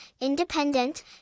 independent